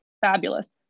fabulous